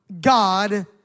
God